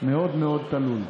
מאוד מאוד תלול.